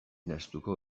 nahastuko